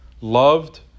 loved